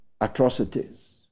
atrocities